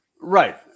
right